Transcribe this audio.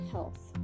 Health